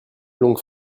longue